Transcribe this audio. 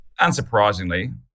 unsurprisingly